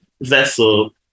vessel